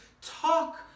talk